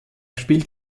spielt